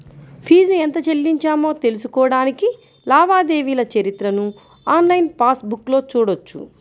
fee ఎంత చెల్లించామో తెలుసుకోడానికి లావాదేవీల చరిత్రను ఆన్లైన్ పాస్ బుక్లో చూడొచ్చు